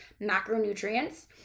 macronutrients